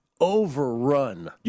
overrun